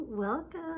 Welcome